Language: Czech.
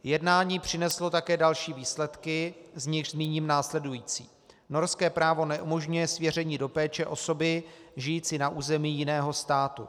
Jednání přineslo také další výsledky, z nichž zmíním následující: Norské právo neumožňuje svěření do péče osoby žijící na území jiného státu.